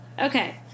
Okay